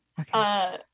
Okay